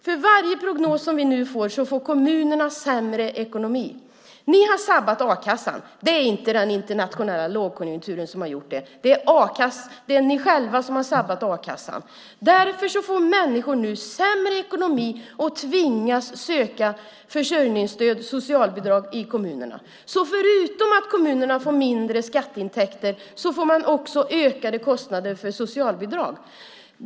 För varje prognos som vi får nu får kommunerna sämre ekonomi. Ni har sabbat a-kassan. Det är inte den internationella lågkonjunkturen som har gjort det. Det är ni själva som har sabbat a-kassan. Därför får människor nu sämre ekonomi och tvingas söka försörjningsstöd och socialbidrag i kommunerna. Förutom att kommunerna får mindre skatteintäkter får de ökade kostnader för socialbidrag.